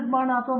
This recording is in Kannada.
ಪ್ರೊಫೆಸರ್